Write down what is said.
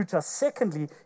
Secondly